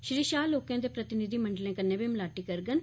श्री शाह लोकें दे प्रतिनिधिमंडलें कन्नै बी मलाटी करगन